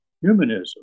humanism